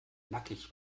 nackig